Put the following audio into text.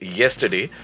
yesterday